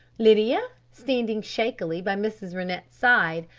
lydia, standing shakily by mrs. rennett's side,